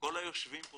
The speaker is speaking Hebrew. שכל היושבים פה